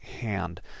hand